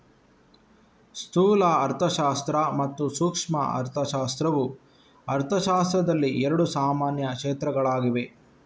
ಸ್ಥೂಲ ಅರ್ಥಶಾಸ್ತ್ರ ಮತ್ತು ಸೂಕ್ಷ್ಮ ಅರ್ಥಶಾಸ್ತ್ರವು ಅರ್ಥಶಾಸ್ತ್ರದಲ್ಲಿ ಎರಡು ಸಾಮಾನ್ಯ ಕ್ಷೇತ್ರಗಳಾಗಿವೆ